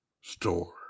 store